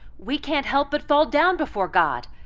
we can't help but fall down before god,